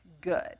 good